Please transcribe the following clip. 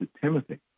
Timothy